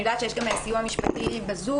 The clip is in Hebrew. אני יודעת שיש גם סיוע משפטי בזום,